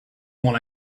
when